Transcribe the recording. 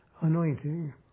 anointing